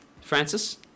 Francis